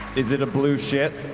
is it a blue shit?